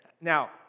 Now